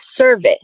service